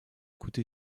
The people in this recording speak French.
coûté